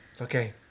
okay